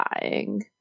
dying